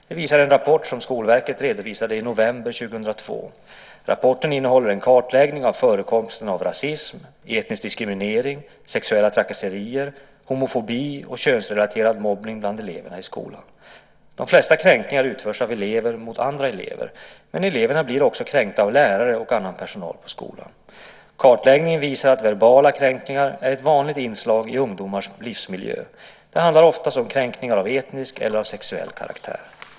Det visar en rapport som Skolverket redovisade i november 2002. Rapporten innehåller en kartläggning av förekomsten av rasism, etnisk diskriminering, sexuella trakasserier, homofobi och könsrelaterad mobbning bland elever i skolan. De flesta kränkningarna utförs av elever mot andra elever. Men elever blir också kränkta av lärare och annan personal på skolan. Kartläggningen visade att verbala kränkningar är ett vanligt inslag i ungdomarnas miljö. De handlar oftast om kränkningar av etnisk eller av sexuell karaktär.